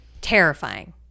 Terrifying